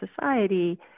society